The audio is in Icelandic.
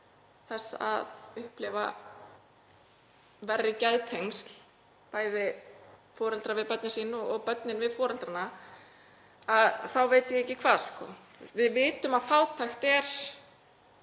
því að upplifa verri geðtengsl, bæði foreldra við börnin sín og barna við foreldrana þá veit ég ekki hvað. Við vitum að fátækt er